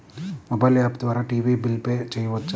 Mobile app ద్వారా TV bill pay చేయవచ్చా?